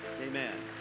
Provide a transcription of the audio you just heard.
Amen